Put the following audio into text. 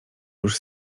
już